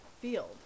field